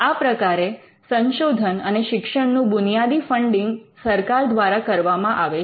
આ પ્રકારે સંશોધન અને શિક્ષણનું બુનિયાદી ફંડિંગ સરકાર દ્વારા કરવામાં આવે છે